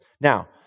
Now